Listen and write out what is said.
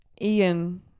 ian